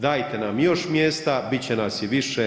Dajte nam još mjesta, bit će nas i više.